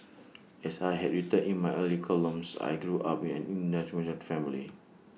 as I had written in my earlier columns I grew up in an undemonstrative family